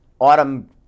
Autumn